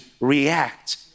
react